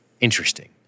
interesting